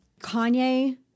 Kanye